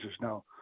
now